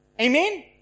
Amen